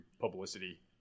publicity